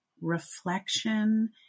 reflection